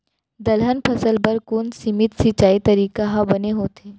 दलहन फसल बर कोन सीमित सिंचाई तरीका ह बने होथे?